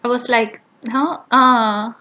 I was like !huh! ah